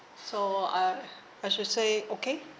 so I I should say okay